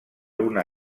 una